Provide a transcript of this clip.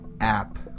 app